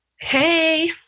Hey